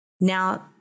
Now